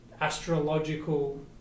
astrological